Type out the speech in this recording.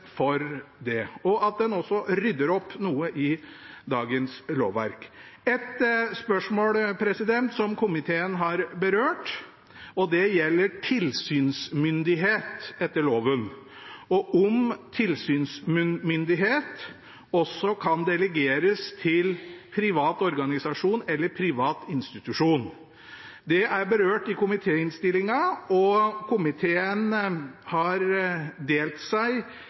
for det, og at en også rydder opp noe i dagens lovverk. Et spørsmål som komiteen har berørt, gjelder tilsynsmyndighet etter loven, og om tilsynsmyndighet også kan delegeres til privat organisasjon eller privat institusjon. Det er berørt i komitéinnstillingen, og komiteen har delt seg